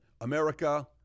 America